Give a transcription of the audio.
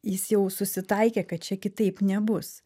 jis jau susitaikė kad čia kitaip nebus